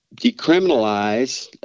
decriminalize